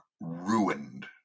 ruined